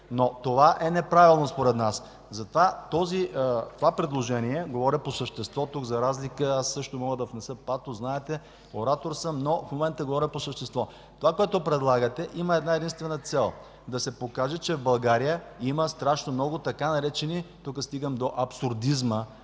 Но това е неправилно според нас. Говоря по същество. Аз също мога да внеса патос, знаете, оратор съм, но в момента говоря по същество. Това, което предлагате, има една-единствена цел – да се покаже, че в България има страшно много така наречени – тук стигам до абсурдизма,